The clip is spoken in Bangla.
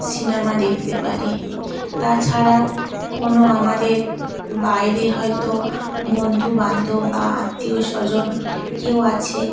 সিনেমা দেখতে পারি তাছাড়াও কোনো আমাদের বাইরে হয়তো বন্ধু বান্ধব বা আত্মীয় স্বজন কেউ আছে